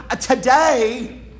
today